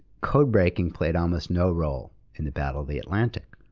code-breaking played almost no role in the battle of the atlantic.